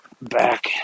back